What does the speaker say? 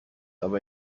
aber